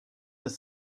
ist